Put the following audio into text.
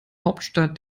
hauptstadt